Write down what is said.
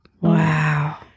Wow